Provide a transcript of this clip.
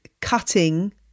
cutting